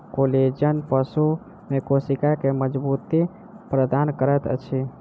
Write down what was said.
collagen पशु में कोशिका के मज़बूती प्रदान करैत अछि